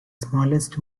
smallest